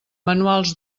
manuals